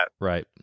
Right